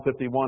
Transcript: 51